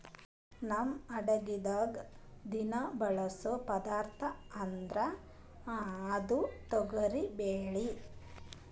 ನಮ್ ಅಡಗಿದಾಗ್ ದಿನಾ ಬಳಸೋ ಪದಾರ್ಥ ಅಂದ್ರ ಅದು ತೊಗರಿಬ್ಯಾಳಿ